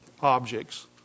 objects